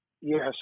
Yes